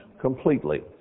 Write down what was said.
completely